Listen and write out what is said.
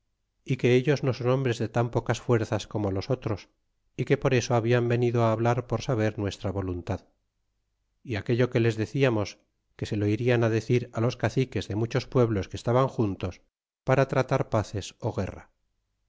é que ellos no son hombres de tan pocas fuerzas como los otros e que por eso hablan venido hablar por saber nuestra voluntad é aquello que les deciamos que se lo irian decir los caciques de muchos pueblos que estan juntos para tratar paces ó guerra